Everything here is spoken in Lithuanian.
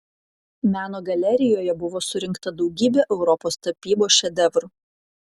meno galerijoje buvo surinkta daugybė europos tapybos šedevrų